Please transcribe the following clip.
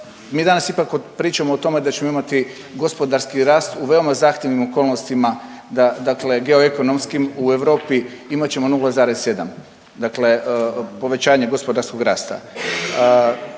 mi danas ipak pričamo o tome da ćemo imati gospodarski rast u veoma zahtjevnim okolnostima, da…, dakle geoekonomskim u Europi imat ćemo 0,7, dakle povećanje gospodarskog rasta.